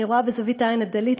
אני רואה בזווית העין את דלית,